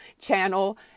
channel